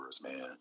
man